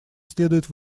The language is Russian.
следует